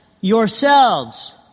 yourselves